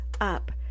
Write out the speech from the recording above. up